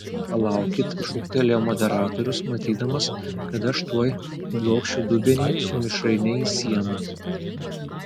palaukit šūktelėjo moderatorius matydamas kad aš tuoj blokšiu dubenį su mišraine į sieną